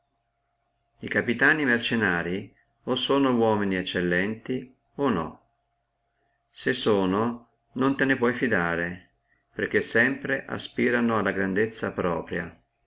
e capitani mercennarii o sono uomini eccellenti o no se sono non te ne puoi fidare perché sempre aspireranno alla grandezza propria